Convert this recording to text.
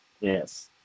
Yes